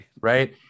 Right